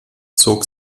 zog